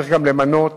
צריך למנות